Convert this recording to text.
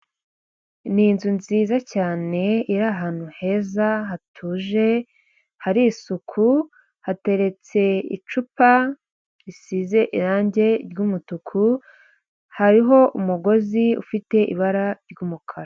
Ni inzu nziza cyane iri ahantu heza hatuje, hari isuku hateretse icupa risize irangi ry'umutuku hariho umugozi ufite ibara ry'umukara.